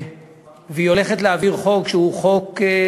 והיא הולכת להעביר חוק שהוא חוק,